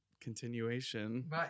continuation